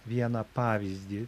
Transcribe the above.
vieną pavyzdį